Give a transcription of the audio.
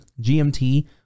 GMT